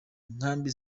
nkambi